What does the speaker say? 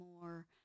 more